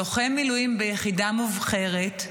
לוחם מילואים ביחידה מובחרת,